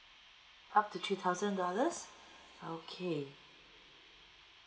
up to three thousand dollars okay